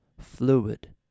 fluid